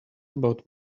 about